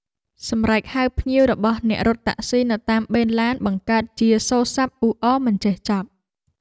សម្រែកហៅភ្ញៀវរបស់អ្នករត់តាក់ស៊ីនៅតាមបេនឡានបង្កើតជាសូរសព្ទអ៊ូអរមិនចេះចប់។